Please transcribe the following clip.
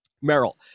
Merrill